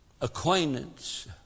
acquaintance